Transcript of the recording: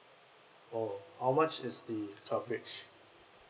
orh how much is the coverage